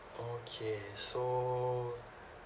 okay so